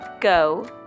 go